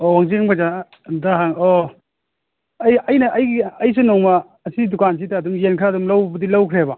ꯑꯣ ꯋꯥꯡꯖꯤꯡ ꯕꯖꯥꯔ ꯑꯣ ꯑꯩꯁꯨ ꯅꯣꯡꯃ ꯑꯁꯤ ꯗꯨꯀꯥꯟꯁꯤꯗ ꯌꯦꯟ ꯈꯔ ꯑꯗꯨꯝ ꯂꯧꯕꯗꯤ ꯂꯧꯈ꯭ꯔꯦꯕ